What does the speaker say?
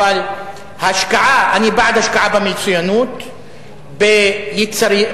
יש בית-חולים אחד בבאר-שבע,